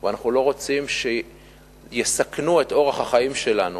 ואנחנו לא רוצים שיסכנו את אורח החיים שלנו